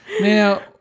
Now